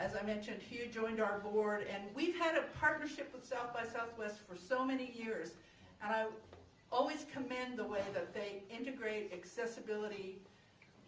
as i mentioned hugh joined our award and we've had a partnership with south by southwest for so many years and i always commend the way that they integrate accessibility